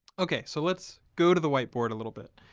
ok. so let's go to the whiteboard a little bit.